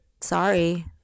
Sorry